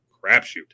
crapshoot